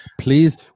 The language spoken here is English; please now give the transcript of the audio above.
please